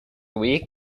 week